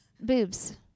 boobs